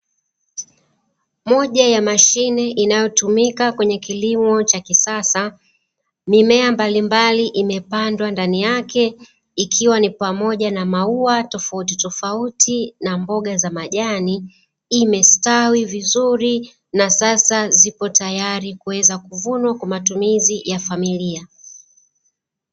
Moja ya mashine inayotumika kwenye kilimo cha kisasa. Mimea mbalimbali imepandwa ndani yake, ikiwa ni pamoja na maua tofautitofauti na mboga za majani; imestawi vizuri na sasa zipo tayari kuweza kuvunwa kwa matumizi ya familia.